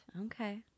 Okay